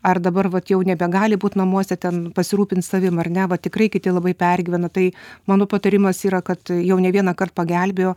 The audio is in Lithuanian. ar dabar vat jau nebegali būt namuose ten pasirūpint savim ar ne va tikrai kiti labai pergyvena tai mano patarimas yra kad jau ne vienąkart pagelbėjo